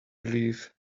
believe